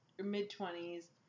mid-twenties